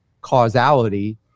causality